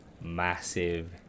massive